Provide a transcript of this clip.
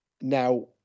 Now